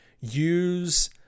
use